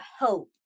hope